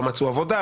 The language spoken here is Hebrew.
לא מצאו עבודה,